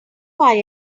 fire